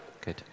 good